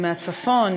מהצפון,